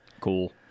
Cool